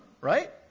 right